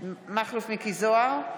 מכלוף מיקי זוהר,